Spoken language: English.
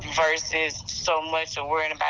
our says so much already